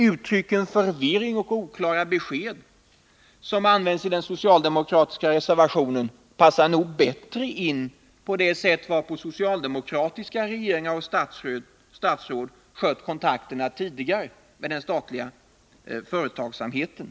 Uttrycken ”stor förvirring och oklara besked”, som används i den socialdemokratiska reservationen 5, Nr 137 passar nog bättre in på det sätt varpå socialdemokratiska regeringar och Onsdagen den statsråd tidigare skött kontakterna med den statliga företagsamheten.